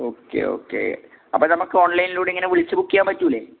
okay okay അപ്പം നമുക്ക് ഓൺലൈനിലൂടെ ഇങ്ങനെ വിളിച്ച് ബുക്ക് ചെയ്യാൻ പറ്റൂല്ലേ